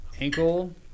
ankle